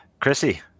Chrissy